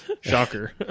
Shocker